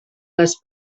les